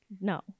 No